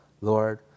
Lord